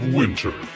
winter